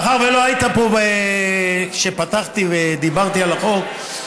מאחר שלא היית פה כשפתחתי ודיברתי על החוק,